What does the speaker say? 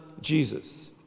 Jesus